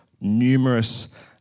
numerous